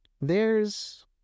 There's